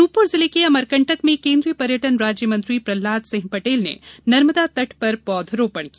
अनूपपुर जिले के अमरकंटक में केन्द्रिय पर्यटन राज्य मंत्री प्रहलाद सिंह पटेल ने नर्मदा तट पर पौध रोपण किया